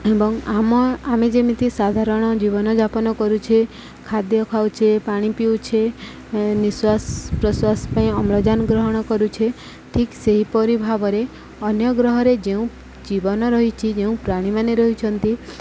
ଏବଂ ଆମ ଆମେ ଯେମିତି ସାଧାରଣ ଜୀବନଯାପନ କରୁଛେ ଖାଦ୍ୟ ଖାଉଛେ ପାଣି ପିଉଛେ ନିଶ୍ୱାସ ପ୍ରଶ୍ୱାସ ପାଇଁ ଅମ୍ଳଜାନ ଗ୍ରହଣ କରୁଛେ ଠିକ୍ ସେହିପରି ଭାବରେ ଅନ୍ୟ ଗ୍ରହରେ ଯେଉଁ ଜୀବନ ରହିଛି ଯେଉଁ ପ୍ରାଣୀମାନେ ରହିଛନ୍ତି